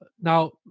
now